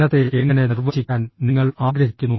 പഠനത്തെ എങ്ങനെ നിർവചിക്കാൻ നിങ്ങൾ ആഗ്രഹിക്കുന്നു